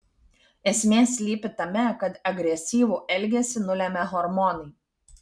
esmė slypi tame kad agresyvų elgesį nulemia hormonai